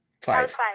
Five